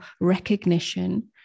recognition